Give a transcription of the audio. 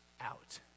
out